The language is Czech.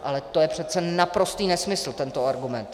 Ale to je přece naprostý nesmysl, tento argument.